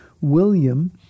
William